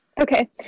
Okay